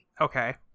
Okay